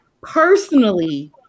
Personally